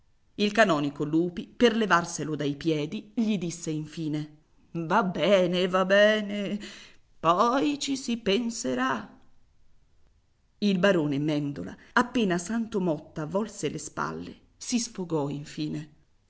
il canonico lupi per levarselo dai piedi gli disse infine va bene va bene poi ci si penserà il barone mèndola appena santo motta volse le spalle si sfogò infine